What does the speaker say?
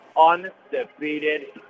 undefeated